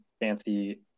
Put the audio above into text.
fancy